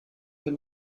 wenn